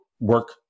Work